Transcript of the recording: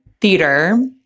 theater